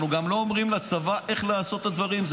אנחנו גם לא אומרים לצבא איך לעשות את הדברים,